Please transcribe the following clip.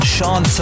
Sean